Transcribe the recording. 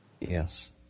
Yes